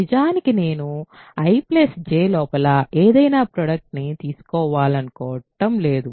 నిజానికి నేను I J లోపల ఏదైనా ప్రోడక్ట్ ని తీసుకోవాలనుకోవడం లేదు